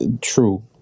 true